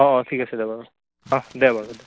অঁ ঠিক আছে দে বাৰু অঁ দে বাৰু দে